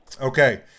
Okay